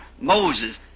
Moses